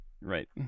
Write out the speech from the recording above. Right